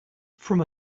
from